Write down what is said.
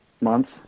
months